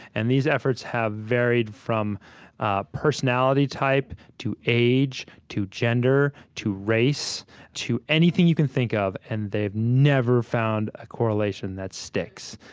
and these efforts have varied from ah personality type to age to gender to race to anything you can think of, and they've never found a correlation that sticks.